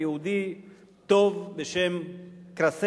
לבוא ולהגיד שהדברים האלה הם שקריים,